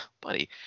buddy